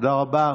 תודה רבה.